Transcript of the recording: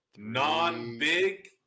non-big